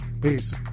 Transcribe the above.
Peace